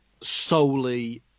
solely